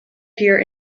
here